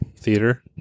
Theater